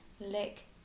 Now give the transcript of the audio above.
lick